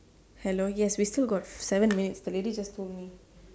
hello yes we still got seven minutes the lady just told me